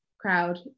crowd